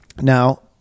now